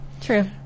True